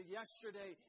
yesterday